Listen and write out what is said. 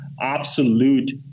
absolute